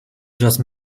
just